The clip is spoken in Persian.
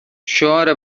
شعار